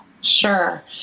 sure